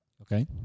Okay